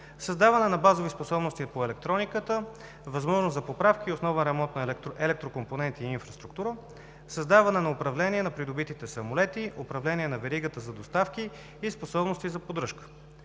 създаване на базови способности по електрониката –възможност за поправка и основен ремонт на електро компоненти и инфраструктура; - създаване на управление на придобитите самолети, управление на веригата за доставки и способности за поддръжка;